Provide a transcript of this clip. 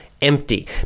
empty